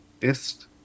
Ist